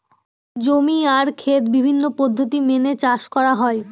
জমি আর খেত বিভিন্ন পদ্ধতি মেনে চাষ করা হয়